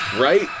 Right